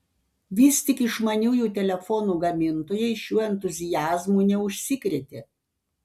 vis tik išmaniųjų telefonų gamintojai šiuo entuziazmu neužsikrėtė